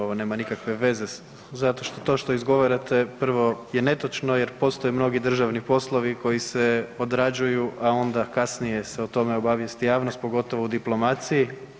Ovo nema nikakve veze zato to što izgovarate prvo je netočno jer postoje mnogi državni poslovi koji se odrađuju, a onda kasnije se o tome obavijesti javnost, pogotovo u diplomaciji.